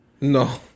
No